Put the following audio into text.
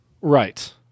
right